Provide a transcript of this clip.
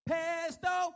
Pesto